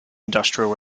industrial